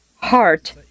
heart